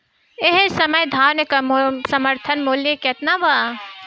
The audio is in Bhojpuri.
एह समय धान क समर्थन मूल्य केतना बा?